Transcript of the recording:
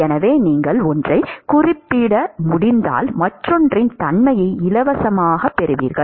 எனவே நீங்கள் ஒன்றைக் குறிப்பிட முடிந்தால் மற்றொன்றின் தன்மையை இலவசமாகப் பெறுவீர்கள்